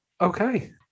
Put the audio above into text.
Okay